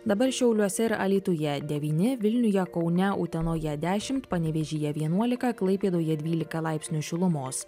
dabar šiauliuose ir alytuje devyni vilniuje kaune utenoje dešimt panevėžyje vienuolika klaipėdoje dvylika laipsnių šilumos